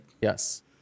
Yes